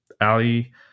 Ali